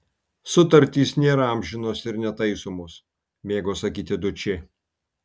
sutartys nėra amžinos ir netaisomos mėgo sakyti dučė